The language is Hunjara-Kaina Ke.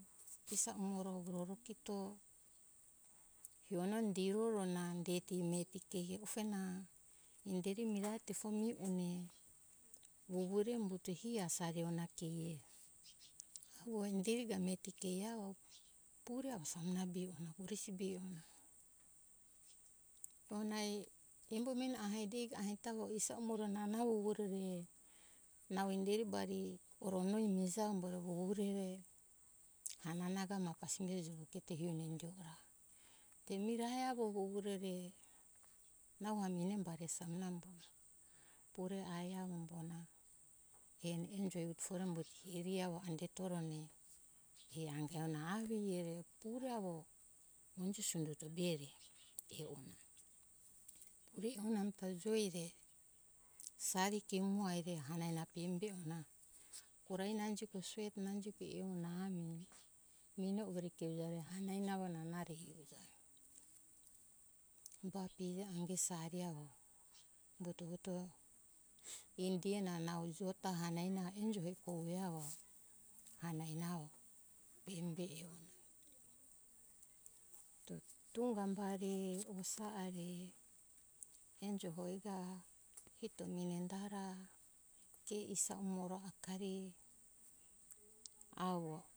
Isa umoro vuroro kito hio na indioro na indeti mireti tiri ufo ena inderi mira tefo mihe ona vovo re mo re hi asa ona ke ehe nu avo inderi ga miheti ke avo pure avo samuna be ona bisi be ona. ona embo meni aha degi avo ahita avo isa umoro na namo ue inderi bari oro noi mihija isa embo re vuvuro re pure re hanana ga pasimbe juruketo hio indio or ate mirae avo mo vovuro re nauha mine bari samuna be pure ai avo ra ma hio enjoi hora ambuto heri avo indetora mi hio anga ona mihere pure avo onje sunjufu be re e ora pure ona ami ta joi re sari ke umo aire hanana pemi be ora korahi na ue re ami meni amore ke uja re hanana avo na na re ba pemi ange sari avo puto vuto indiue na nau isoko ta hanana ta enjo mihe avo hanana pure e ora tunga bari osa aire enjo hoi ga kito mine da ra ke isa umoro akari avo